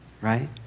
right